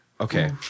Okay